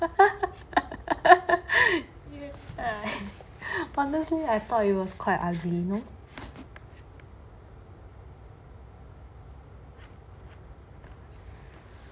honestly I thought was quite ugly